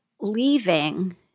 leaving